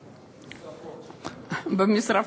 במשרפות.